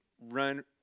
run